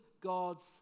God's